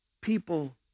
people